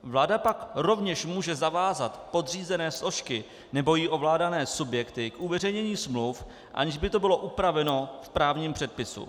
Vláda pak rovněž může zavázat podřízené složky nebo jí ovládané subjekty k uveřejnění smluv, aniž by to bylo upraveno v právním předpise.